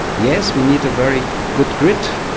yes, we need a very good grid.